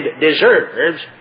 deserves